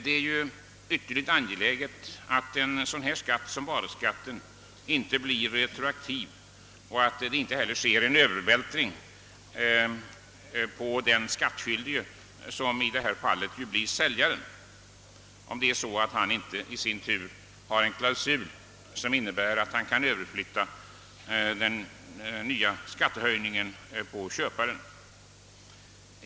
Det är ytterligt angeläget att en sådan skatt som varuskatten inte blir retroaktiv och inte heller övervältras på den skattskyldige, som i detta fall är säljaren, om han inte i sin tur har en klausul som innebär att han kan överflytta skattehöjningen på köparen.